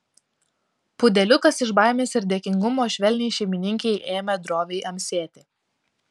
pudeliukas iš baimės ir dėkingumo švelniai šeimininkei ėmė droviai amsėti